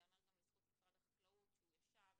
ייאמר גם לזכות משרד החקלאות שהוא ישב,